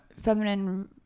feminine